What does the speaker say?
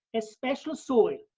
a special soil,